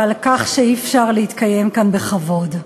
ועל כך שאי-אפשר להתקיים כאן בכבוד,